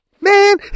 man